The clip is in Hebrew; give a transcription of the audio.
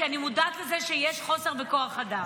כי אני מודעת לזה שיש חוסר בכוח אדם.